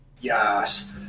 Yes